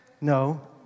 No